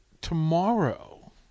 tomorrow